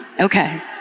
Okay